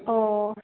অঁ